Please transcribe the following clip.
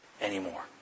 anymore